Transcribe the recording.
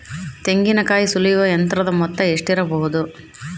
ತೆಂಗಿನಕಾಯಿ ಸುಲಿಯುವ ಯಂತ್ರದ ಮೊತ್ತ ಎಷ್ಟಿರಬಹುದು?